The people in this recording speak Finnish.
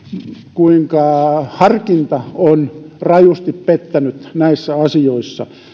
kuinka harkinta on rajusti pettänyt näissä asioissa